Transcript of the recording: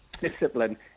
discipline